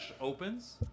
opens